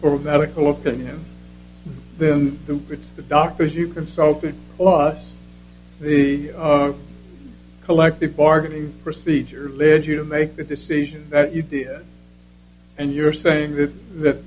for medical opinion then the doctors you consulted us the collective bargaining procedure led you to make the decision that you did and you're saying that that